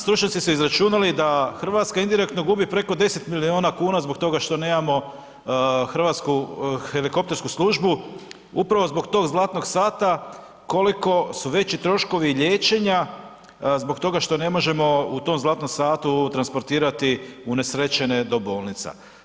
Stručnjaci su izračunali da Hrvatska indirektno gubi preko 10 milijuna kuna zbog toga što nemamo hrvatsku helikoptersku službu upravo zbog tog zlatnog sata koliko su veći troškovi liječenja zbog toga što ne možemo u tom zlatnom satu transportirati unesrećene do bolnica.